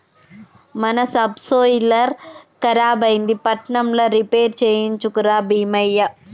మన సబ్సోయిలర్ ఖరాబైంది పట్నంల రిపేర్ చేయించుక రా బీమయ్య